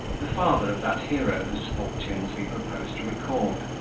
the father of that hero whose fortunes we propose to record.